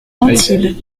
antibes